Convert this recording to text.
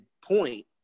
point